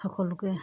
সকলোকে